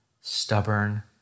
stubborn